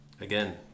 again